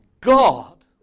God